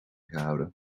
gehouden